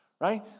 Right